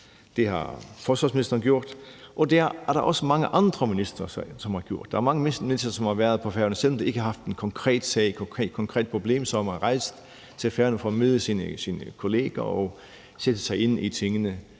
Det har forsvarsministeren gjort, og det er der også mange andre ministre, som har gjort. Der er mange ministre, som har været på Færøerne, selv om de ikke har haft en konkret sag og et konkret problem, men som er rejst til Færøerne for at møde sine kolleger og sætte sig ind i tingene